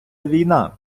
війна